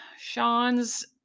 Sean's